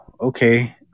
okay